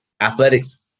athletics